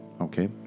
Okay